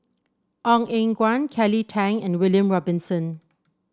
Ong Eng Guan Kelly Tang and William Robinson